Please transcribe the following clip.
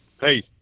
Hey